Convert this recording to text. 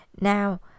Now